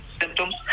symptoms